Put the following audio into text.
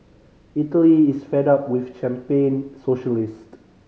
Italy is fed up with champagne socialist